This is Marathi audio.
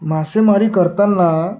मासेमारी करताना